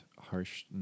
harsh